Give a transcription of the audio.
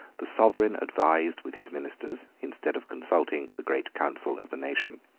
the sovereign advised with his ministers, instead of consulting the great council of the nation.